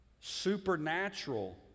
supernatural